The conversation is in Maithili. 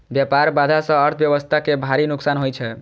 व्यापार बाधा सं अर्थव्यवस्था कें भारी नुकसान होइ छै